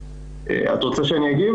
את רוצה שאני אגיב,